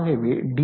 ஆகவே டி